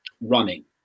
running